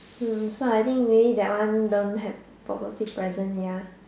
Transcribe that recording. hmm so I think maybe that one don't have for birthday present ya